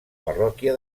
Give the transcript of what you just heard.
parròquia